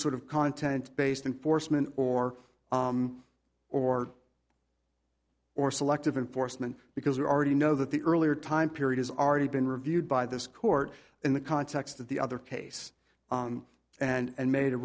sort of content based enforcement or or or selective enforcement because we already know that the earlier time period has already been reviewed by this court in the context of the other case and made a